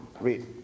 Read